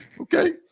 Okay